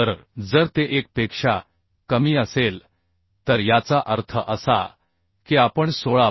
तर जर ते 1 पेक्षा कमी असेल तर याचा अर्थ असा की आपण 16